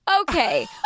Okay